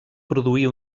produir